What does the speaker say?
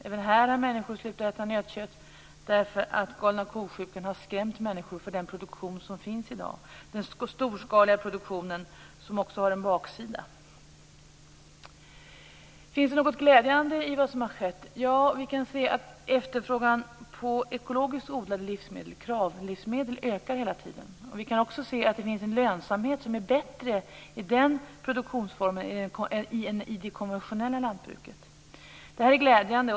Också här har människor slutat äta nötkött därför att galna ko-sjukan har skrämt dem för den produktion som i dag finns - för den storskaliga produktionen, som också har en baksida. Finns det då något glädjande i vad som har skett? Ja, vi kan se att efterfrågan på ekologiskt odlade livsmedel, Kravlivsmedel, hela tiden ökar. Vi kan också se att det finns en lönsamhet som är bättre i den produktionsformen jämfört med hur det är i det konventionella lantbruket. Detta är glädjande.